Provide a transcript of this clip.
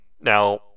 Now